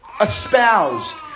espoused